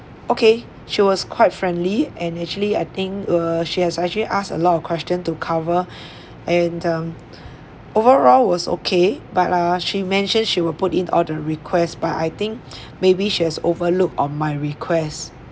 okay she was quite friendly and actually I think err she has actually ask a lot of question to cover and um overall was okay but ah she mentioned she will put in all the request but I think maybe she has overlooked on my requests